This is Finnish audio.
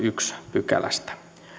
pykälästä